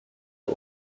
loi